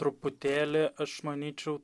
truputėlį aš manyčiau